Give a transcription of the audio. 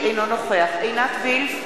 אינו נוכח עינת וילף,